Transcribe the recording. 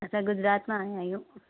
असां गुजरात मां आया आहियूं